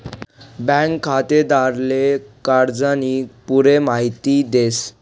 bank खातेदारले कर्जानी पुरी माहिती देस